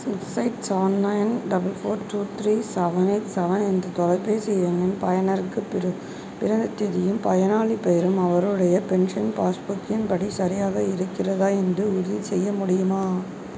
six eight seven nine double four two three seven eight seven என்ற தொலைபேசி எண்ணின் பயனருக்கு பிறந்த தேதியும் பயனாளிப் பெயரும் அவருடைய பென்ஷன் பாஸ்புக்கின் படி சரியாக இருக்கிறதா என்று உறுதிசெய்ய முடியுமா